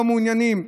לא מעוניינים.